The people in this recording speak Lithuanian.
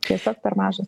tiesiog per mažas